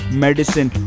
medicine